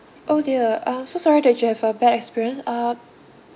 oh dear I'm so sorry that you have a bad experience um